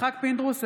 יצחק פינדרוס,